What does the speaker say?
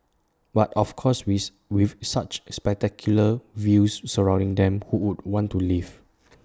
but of course with with such spectacular views surrounding them who would want to leave